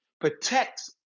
protects